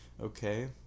okay